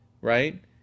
right